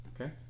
Okay